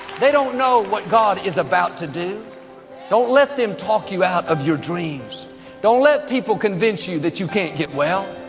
they don't know what god is about to do don't let them talk you out of your dreams don't let people convince you that you can't get well,